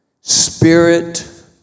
Spirit